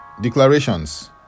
Declarations